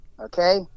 Okay